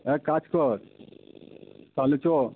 এক কাজ কর তাহলে চ